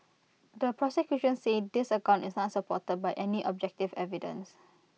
the prosecution says this account is not supported by any objective evidence